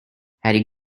harry